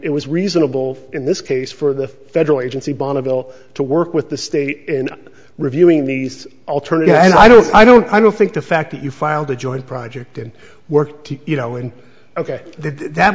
it was reasonable in this case for the federal agency bonneville to work with the state in reviewing these alternatives and i don't i don't i don't think the fact that you filed a joint project and worked you know in ok th